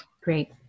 Great